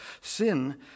sin